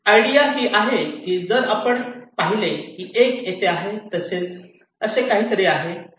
idea ही आहे की जर आपण पाहिले की 1 येथे आहे तसेच असे काहीतरी आहे